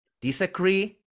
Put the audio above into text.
disagree